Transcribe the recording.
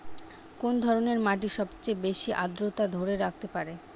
কোন ধরনের মাটি সবচেয়ে বেশি আর্দ্রতা ধরে রাখতে পারে?